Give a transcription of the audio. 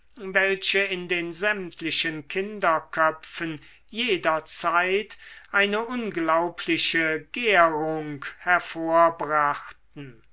welche in den sämtlichen kinderköpfen jederzeit eine unglaubliche gärung